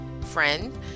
friend